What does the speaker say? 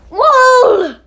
Whoa